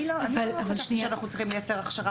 אני לא חשבתי שאנחנו צריכים לייצר הכשרה